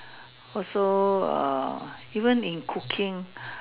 also err even in cooking